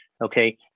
okay